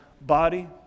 body